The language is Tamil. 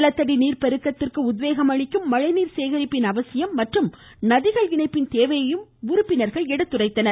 நிலத்தடி நீர் பெருக்கத்திற்கு உத்வேகம் அளிக்கும் மழை நீர் சேகரிப்பின் அவசியம் மற்றும் நதிகள் இணைப்பின் தேவையையும் உறுப்பினர்கள் எடுத்துரைத்தனர்